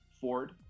Ford